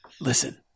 listen